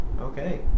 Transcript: Okay